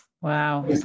Wow